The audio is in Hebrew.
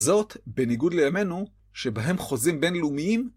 זאת, בניגוד לימינו, שבהם חוזים בינלאומיים...